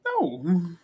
No